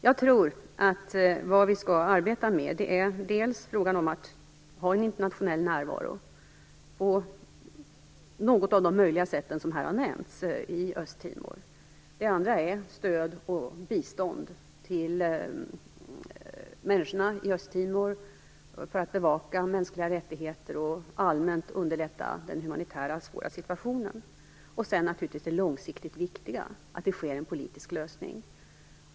Jag tror att vad vi skall arbeta med är dels frågan om en nationell närvaro i Östtimor på något av de möjliga sätt som här har nämnts, dels stöd och bistånd till människorna i Östtimor för att bevaka mänskliga rättigheter och allmänt underlätta den humanitära svåra situationen. Sedan är det naturligtvis viktigt att det blir en politisk lösning.